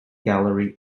gallery